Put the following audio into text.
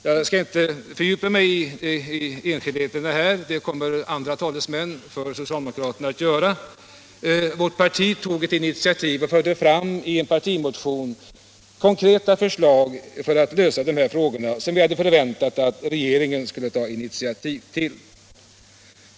Jag skall inte fördjupa mig i enskildheterna, det kommer andra talesmän för socialdemokraterna att göra. Men jag vill erinra om att vårt parti tog ett initiativ och förde i en partimotion fram konkreta förslag för att lösa dessa frågor, som vi hade väntat att regeringen skulle ta initiativ till.